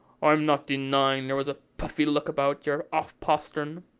i'm not denying there was a puffy look about your off-pastern.